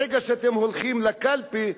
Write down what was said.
ברגע שאתם הולכים לקלפי,